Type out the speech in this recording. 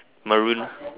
Maroon